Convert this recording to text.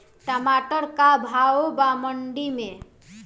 टमाटर का भाव बा मंडी मे?